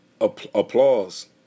applause